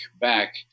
back